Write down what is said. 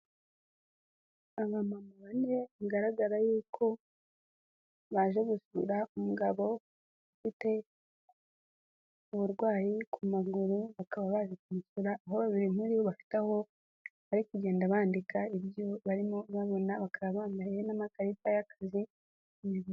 Aba mama bane bigaragara yuko baje gusura umugabo ufite ubarwayi ku maguru, bakaba baje kumuvura aho babiri muri bo bafite aho bari kugenda bandika ibyo barimo babona bakaba bambaye n'amakarita y'akazi mu ijosi.